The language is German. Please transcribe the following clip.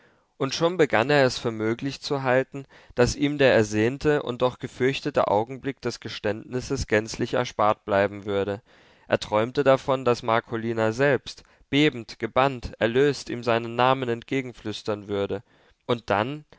und schon begann er es für möglich zu halten daß ihm der ersehnte und doch gefürchtete augenblick des geständnisses gänzlich erspart bleiben würde er träumte davon daß marcolina selbst bebend gebannt erlöst ihm seinen namen entgegenflüstern würde und dann